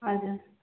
हजुर